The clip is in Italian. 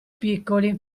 piccoli